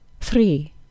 three